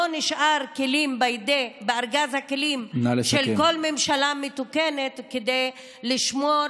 לא נשארו כלים בארגז הכלים של כל ממשלה מתוקנת כדי לשמור